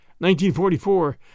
1944